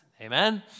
Amen